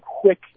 quick